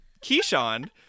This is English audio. Keyshawn